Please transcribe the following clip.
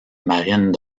marines